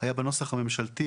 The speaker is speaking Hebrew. - היה בנוסח הממשלתי,